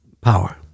power